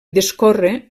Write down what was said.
discorre